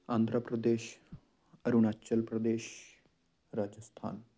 Andhra Pradesh Arunachal Pradesh Rajasthan